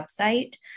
website